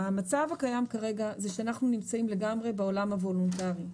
המצב הקיים כרגע הוא שאנחנו נמצאים לגמרי בעולם הוולונטרי.